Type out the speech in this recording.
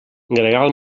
gregal